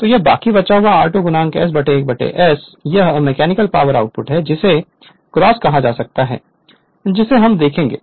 तो यह बाकी बचा हुआ r2 s 1 s यह मैकेनिकल पावर आउटपुट है जिसे ग्रॉस कहा जाता है जिसे हम देखेंगे